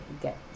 get